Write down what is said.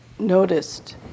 noticed